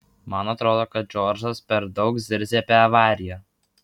man atrodo kad džordžas per daug zirzia apie avariją